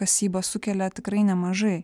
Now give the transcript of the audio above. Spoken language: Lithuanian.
kasyba sukelia tikrai nemažai